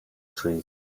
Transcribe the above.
trees